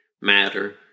matter